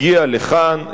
הגיע לכאן,